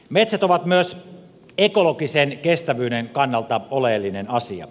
metsät ovat myös ekologisen kestävyyden kannalta oleellinen asia